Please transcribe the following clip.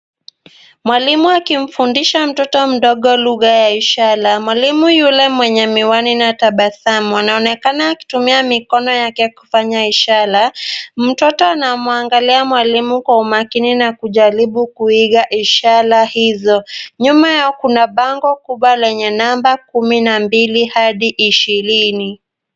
Mwalimu akimfundisha mtoto mdogo lugha ya ishara. Mwalimu yule mwenye miwani na tabasamu, anaonekana akitumia mikono yake ya kufanya ishara. Mtoto anamwangalia mwalimu kwa umakini na kujaribu kuiga ishara hizo. Nyuma yao kuna bango kubwa lenye namba kumi na mbili hadi ishirini.